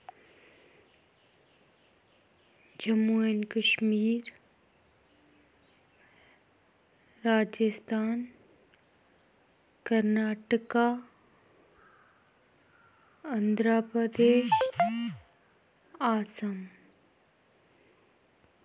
Jammu and Kashmir Rajasthan Karnataka Andhra Pradesh Assam